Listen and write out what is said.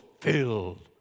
filled